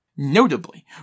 Notably